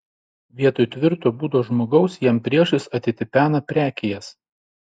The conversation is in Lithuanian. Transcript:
vietoj tvirto būdo žmogaus jam priešais atitipena prekijas